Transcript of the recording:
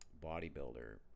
bodybuilder